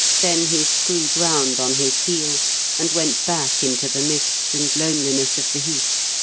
then he screwed round on his heel and went back into the mist and loneliness of the heath,